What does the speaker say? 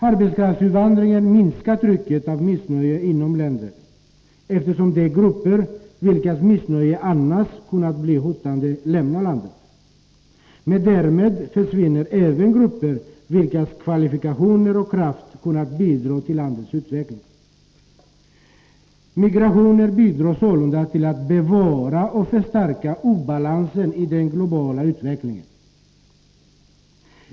Arbetskraftsutvandringen minskar trycket av missnöje inom länder, eftersom de grupper, vilkas missnöje annars kunnat bli hotande, lämnar landet. Men därmed försvinner även grupper, vilkas kvalifikationer och kraft kunnat bidra till landets utveckling. Migrationen bidrar sålunda till att bevara och förstärka obalansen i den globala utvecklingen.